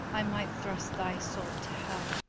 i might thrust thy soule to hell.